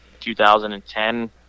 2010